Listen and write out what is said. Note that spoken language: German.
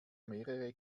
mehrere